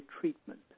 treatment